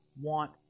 want